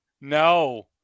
No